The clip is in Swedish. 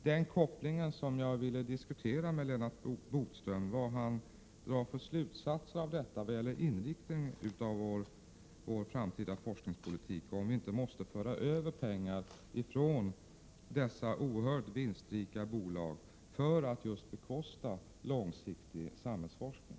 Den koppling som jag ville diskutera med Lennart Bodström gäller vilken slutsats han drar av detta vad gäller inriktningen av vår framtida forskningspolitik, och om vi inte måste föra över pengar från dessa oerhört vinstrika bolag för att just bekosta långsiktig samhällsforskning.